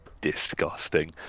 disgusting